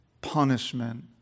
punishment